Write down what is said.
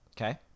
Okay